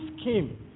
scheme